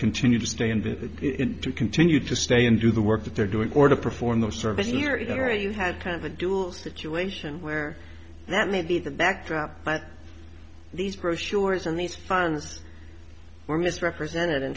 continue to stay in the to continue to stay and do the work that they're doing or to perform the service here it had kind of a dual situation where that may be the backdrop but these brochures and these funds were misrepresented in